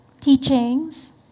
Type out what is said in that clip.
teachings